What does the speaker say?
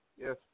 Yes